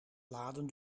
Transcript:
laden